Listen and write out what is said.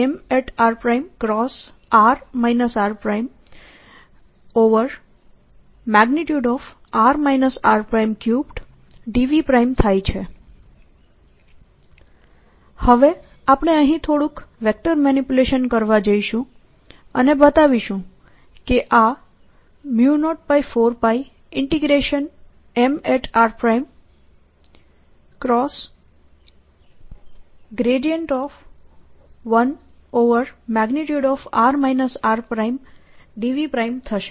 dA04πMrdV×r rr r3 A04πMr×r rr r3dV હવે આપણે અહીં થોડું વેક્ટર મેનીપ્યુલેશન કરવા જઈશું અને બતાવીશું કે આ 04πMr 1r rdv થશે